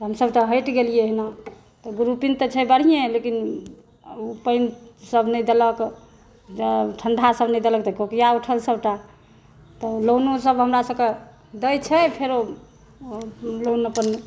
हमसभ तऽ हटि गेलियै एहिमे ग्रूपिंग तऽ छै बढ़िए लेकिन पानिसभ नहि देलक तऽ ठंढासभ नहि देलक तऽ कोकिया उठल सभटा तऽ लोनोसभ हमरासभके दै छै फेर लोन अपन